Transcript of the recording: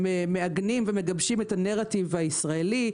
הם מעגנים ומגבשים את הנרטיב הישראלי,